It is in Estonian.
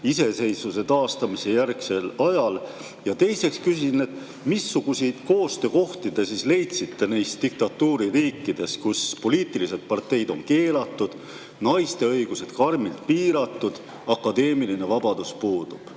iseseisvuse taastamise järgsel ajal? Ja teiseks küsin, missuguseid koostöökohti te leidsite neis diktatuuririikides, kus poliitilised parteid on keelatud, naiste õigused karmilt piiratud ja akadeemiline vabadus puudub.